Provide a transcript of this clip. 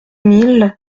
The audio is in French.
mille